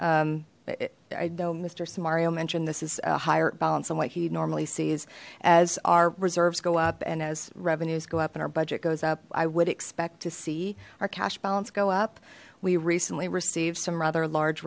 i know mister mario mentioned this is a higher balance than what he normally sees as our reserves go up and as revenues go up and our budget goes up i would expect to see our cash balance go up we recently received some rather large